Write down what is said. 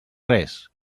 res